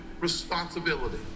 responsibility